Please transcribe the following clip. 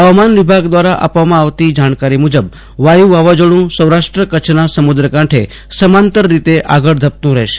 હવામાન વિભાગ દ્વારા આપવામાં આવતી જાણકારી મુજબ વાયુ વાવાઝોડું સૌરાષ્ટ્ર કચ્છના સમુદ્રકાંઠે સમાંતર રીતે આગળ ધપતું રહેશે